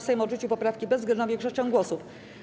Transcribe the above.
Sejm odrzucił poprawki bezwzględną większością głosów.